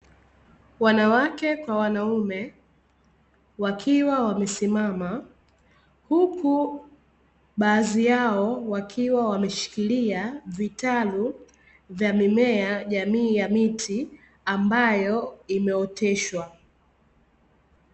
Wanawake kwa wanaume wakiwa wamesimama, huku baadhi wakiwa wameshikilia vitalu vya mimea jamii ya miti ambayo imeoteshwa.